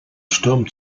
sturm